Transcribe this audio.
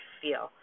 feel